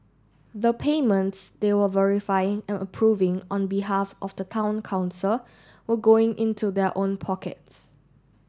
the payments they were verifying and approving on behalf of the Town Council were going into their own pockets